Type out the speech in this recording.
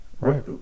Right